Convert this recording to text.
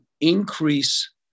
increase